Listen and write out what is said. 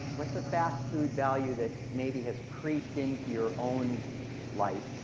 what's a fast food value that maybe has creeped into your own life,